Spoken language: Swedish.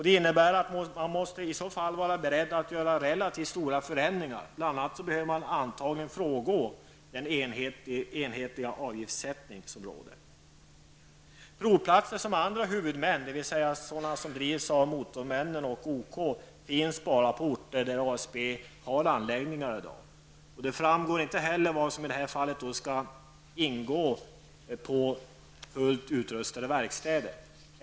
Det innebär att man måste vara beredd att göra relativt stora förändringar. Bl.a behöver man antagligen frångå den enhetliga avgiftssättning som råder. sådana som drivs av Motormännen och OK finns såvitt vi vet bara på orter där även ASB har anläggningar. Det framgår inte vad som skall anses ingå på ''fullt utrustade verkstäder''.